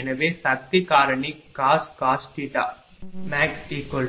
எனவே சக்தி காரணி cos max cos